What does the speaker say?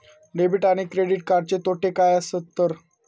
Debit आणि credit कार्डचे तोटे काय आसत तर?